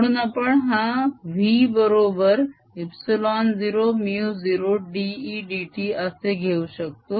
म्हणून आपण हा v बरोबर ε0μ0 d e d t असे घेऊ शकतो